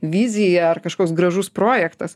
vizija ar kažkoks gražus projektas